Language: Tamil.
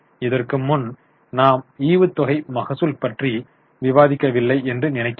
இதற்கு முன் நாம் ஈவுத்தொகை மகசூல் பற்றி விவாதிக்கவில்லை என்று நினைக்கிறேன்